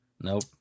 Nope